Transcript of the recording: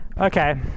Okay